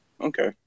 Okay